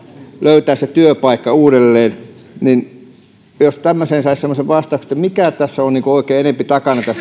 löytää se työpaikka uudelleen jos tämmöiseen saisi sellaisen vastauksen että mikä tässä on oikein enempi takana